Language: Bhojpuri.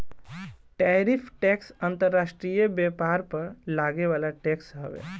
टैरिफ टैक्स अंतर्राष्ट्रीय व्यापार पर लागे वाला टैक्स हवे